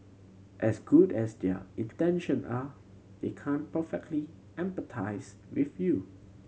as good as their intention are they can't perfectly empathise with you